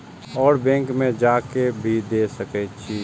और बैंक में जा के भी दे सके छी?